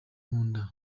nkunda